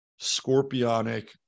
Scorpionic